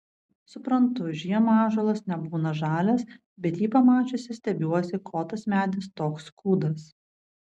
suprantu žiemą ąžuolas nebūna žalias bet jį pamačiusi stebiuosi ko tas medis toks kūdas